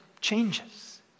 changes